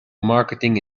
marketing